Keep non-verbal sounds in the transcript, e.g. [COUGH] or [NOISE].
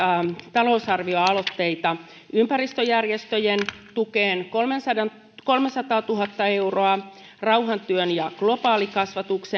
talousarvioaloitteita ympäristöjärjestöjen tukeen kolmesataatuhatta euroa rauhantyötä ja globaalikasvatusta [UNINTELLIGIBLE]